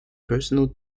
personal